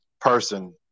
person